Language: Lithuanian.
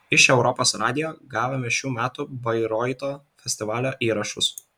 iš europos radijo gavome šių metų bairoito festivalio įrašus